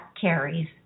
carries